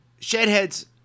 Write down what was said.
Shedheads